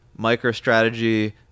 MicroStrategy